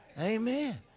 Amen